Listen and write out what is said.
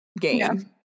game